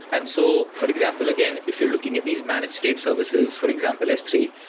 and so, for example again, if you're looking at these managed state services, for example, s three,